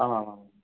आमामाम्